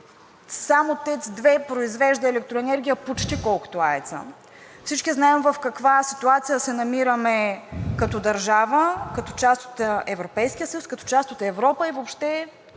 само ТЕЦ 2 произвежда електроенергия почти колкото АЕЦ-а. Всички знаем в каква ситуация се намираме като държава като част от Европейския съюз, като част от Европа и въобще